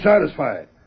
satisfied